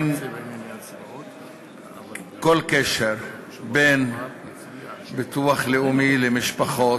אין כל קשר בין ביטוח לאומי למשפחות